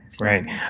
Right